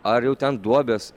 ar jau ten duobės